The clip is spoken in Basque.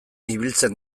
ibiltzen